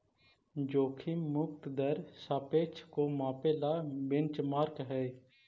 जोखिम मुक्त दर सापेक्ष को मापे ला बेंचमार्क हई